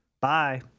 bye